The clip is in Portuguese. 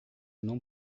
não